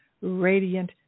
radiant